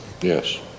Yes